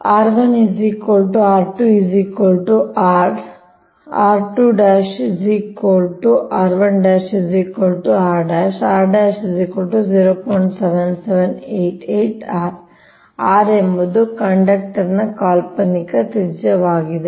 ಅಂದರೆ r ಎಂಬುದು ಕಂಡಕ್ಟರ್ನ ಕಾಲ್ಪನಿಕ ತ್ರಿಜ್ಯವಾಗಿದೆ